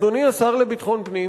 אדוני השר לביטחון פנים,